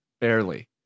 barely